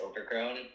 overgrown